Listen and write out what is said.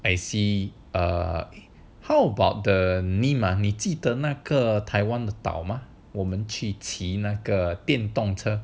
I see err how about the name 你记得那个 taiwan 的岛我们只骑那个电动车